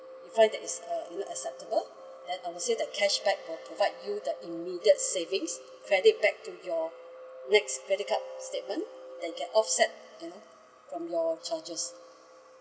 find that is uh inacceptable then I will say that cashback will provide you the immediate savings credit back to your next credit card statement then you can offset you know from your charges